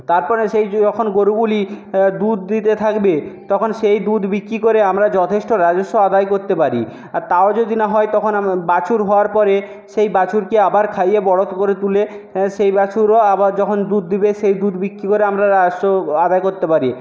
তারপরে সেই যখন গরুগুলি দুধ দিতে থাকবে তখন সেই দুধ বিক্রি করে আমরা যথেষ্ট রাজস্ব আদায় করতে পারি আর তাও যদি না হয় তখন বাছুর হওয়ার পরে সেই বাছুরকে আবার খাইয়ে বড়ো করে তুলে সেই বাছুরও আবার যখন দুধ দিবে সেই দুধ বিক্রি করে আমরা রাজস্ব আদায় করতে পারি